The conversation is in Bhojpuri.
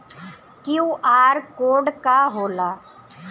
क्यू.आर कोड का होला?